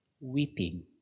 weeping